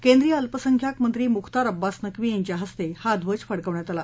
केंद्रीय अल्पसंख्याक मंत्री मुख्तार अब्बास नक्वी यांच्या हस्ते हा ध्वज फडकवण्यात आला